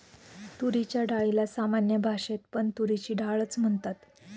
तुरीच्या डाळीला सामान्य भाषेत पण तुरीची डाळ च म्हणतात